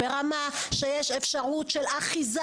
ברמה שיש אפשרות של אחיזה,